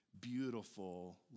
beautiful